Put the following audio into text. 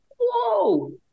whoa